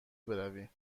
بروی